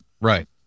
Right